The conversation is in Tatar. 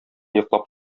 йоклап